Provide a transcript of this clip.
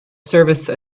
service